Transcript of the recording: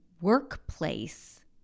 workplace